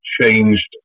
changed